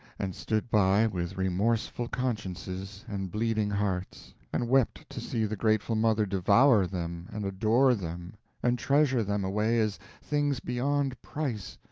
and stood by with remorseful consciences and bleeding hearts, and wept to see the grateful mother devour them and adore them and treasure them away as things beyond price,